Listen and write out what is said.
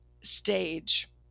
stage